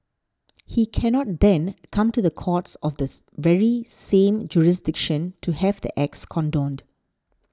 he cannot then come to the courts of the very same jurisdiction to have the acts condoned